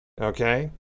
Okay